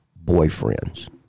boyfriend's